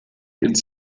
ins